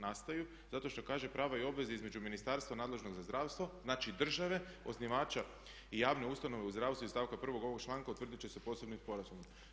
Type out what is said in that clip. Nastaju zato što kažu prava i obveze između Ministarstva nadležnog za zdravstvo, znači države osnivača i javne ustanove u zdravstvu iz stavka prvog ovog članka utvrdit će se posebnim sporazumom.